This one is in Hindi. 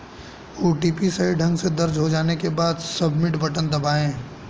ओ.टी.पी सही ढंग से दर्ज हो जाने के बाद, सबमिट बटन दबाएं